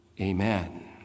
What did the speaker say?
Amen